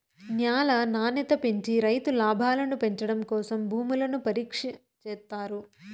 న్యాల నాణ్యత పెంచి రైతు లాభాలను పెంచడం కోసం భూములను పరీక్ష చేత్తారు